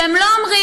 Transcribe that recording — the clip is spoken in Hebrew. והם לא אומרים: